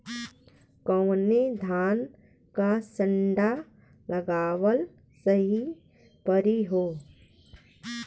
कवने धान क संन्डा लगावल सही परी हो?